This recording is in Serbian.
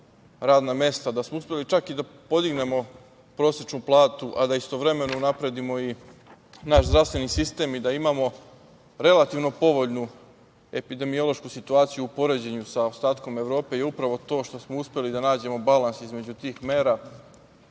radna mesta, da smo uspeli čak i da podignemo prosečnu platu a da istovremeno unapredimo i naš zdravstveni sistem i da imamo relativno povoljnu epidemiološku situaciju u poređenju sa ostatkom Evrope, je upravo to što smo uspeli da nađemo balans između tih mera,